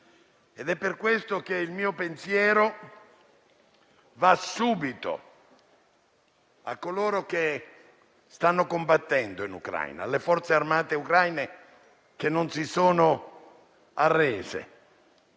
ma. È per questo che il mio pensiero va subito a coloro che stanno combattendo in Ucraina, alle Forze armate ucraine che non si sono arrese,